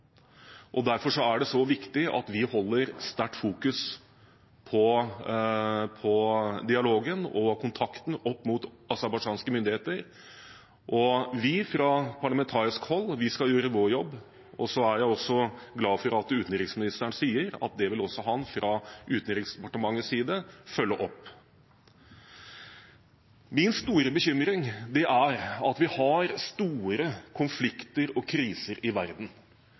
Derfor er det så viktig at vi holder skarpt fokus på dialogen og kontakten med aserbajdsjanske myndigheter. Vi fra parlamentarisk hold skal gjøre vår jobb, og jeg er glad for at utenriksministeren sier at det vil også han, fra Utenriksdepartementets side, følge opp. Min store bekymring er at vi har store konflikter og kriser i verden.